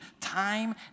time